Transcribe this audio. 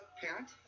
parent